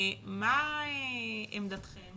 מה עמדתכם